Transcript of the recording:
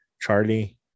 charlie